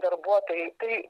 darbuotojai tai